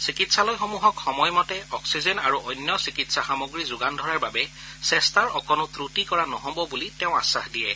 চিকিৎসালয়সমূহক সময়মতে অক্সিজেন আৰু অন্য চিকিৎসা সামগ্ৰী যোগান ধৰাৰ বাবে চেষ্টাৰ অকণো ক্ৰটি কৰা নহব বুলি তেওঁ আশ্বাস দিয়ে